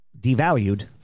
devalued